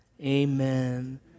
Amen